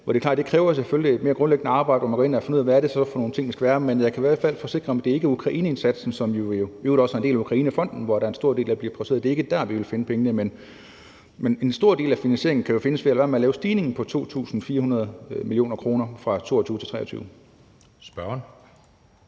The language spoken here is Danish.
at det selvfølgelig kræver et mere grundlæggende arbejde, hvor man skal gå ind og finde ud af, hvad det så er for nogle ting, det skal være. Men jeg kan i hvert fald forsikre om, at det ikke er Ukraineindsatsen, der i øvrigt også er en del af Ukrainefonden, som en stor del af det bliver prioriteret til. Det er ikke der, vi vil finde pengene. Men en stor del af finansieringen kan jo findes ved at lade være med at lave stigningen på 2,4 mia. kr. fra 2022-2023. Kl.